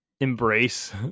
embrace